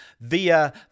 via